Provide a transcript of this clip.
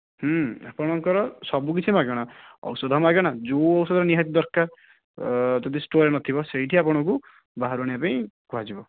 ଆପଣଙ୍କର ସବୁକିଛି ମାଗଣା ଔଷଧ ମାଗଣା ଯେଉଁ ଔଷଧ ନିହାତି ଦରକାର ଯଦି ଷ୍ଟୋରରେ ନଥିବ ସେଇଠି ଆପଣଙ୍କୁ ବାହାରୁ ଆଣିବାପାଇଁ କୁହାଯିବ